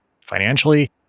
financially